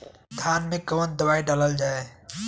धान मे कवन दवाई डालल जाए?